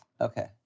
Okay